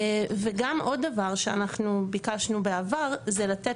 עוד דבר שאנחנו ביקשנו בעבר זה לתת